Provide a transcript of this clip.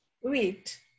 wheat